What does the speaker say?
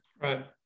Right